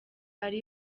ari